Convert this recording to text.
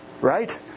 Right